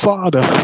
Father